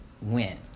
win